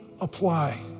apply